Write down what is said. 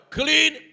clean